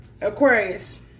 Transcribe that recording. Aquarius